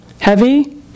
Heavy